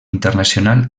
internacional